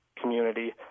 community